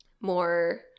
more